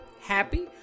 Happy